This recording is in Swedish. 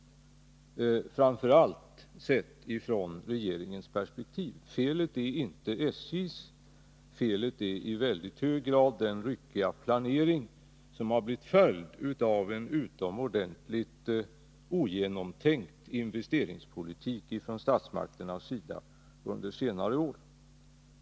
Felet är inte SJ:s. Felet är i väldigt hög grad den ryckiga planering som har blivit följden av en utomordentligt dåligt genomtänkt investeringspolitik från statsmakternas sida under senare år.